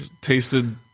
tasted